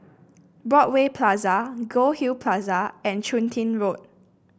Broadway Plaza Goldhill Plaza and Chun Tin Road